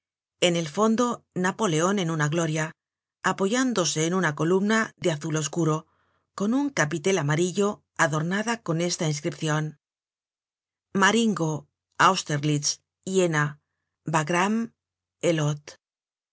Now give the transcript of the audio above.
en el fondo napoleon en una gloria apoyándose en una columna de azul oscuro con un capitel amarillo adornada con esta inscripcion maringo aüsterlits iena wagramme elot